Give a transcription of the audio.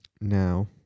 Now